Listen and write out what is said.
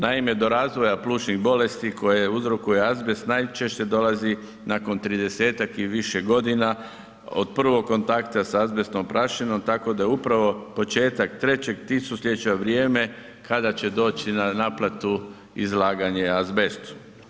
Naime, do razvoja plućnih bolesti koje uzrokuje azbest najčešće dolazi nakon 30-tak i više godina od prvog kontakta s azbestno prašinom, tako da je upravo početak 3. tisućljeća vrijeme kada će doći na naplatu izlaganje azbestu.